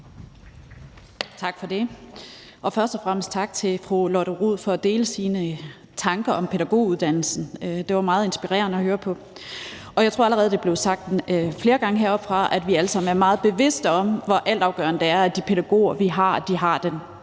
Tak for det, og først og fremmest tak til fru Lotte Rod for at dele sine tanker om pædagoguddannelsen. Det var meget inspirerende at høre på. Jeg tror allerede, det er blevet sagt flere gange heroppefra, at vi alle sammen er meget bevidste om, hvor altafgørende det er, at de pædagoger, vi har, har den